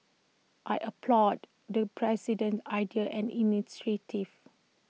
I applaud the president's ideas and initiatives